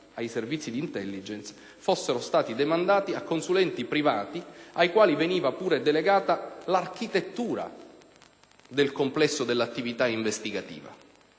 ai Servizi di *intelligence*, fossero stati demandati a consulenti privati ai quali veniva pure delegata l'architettura del complesso dell'attività investigativa.